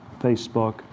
Facebook